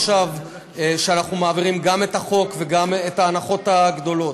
עכשיו אנחנו מעבירים גם את החוק וגם את ההנחות הגדולות,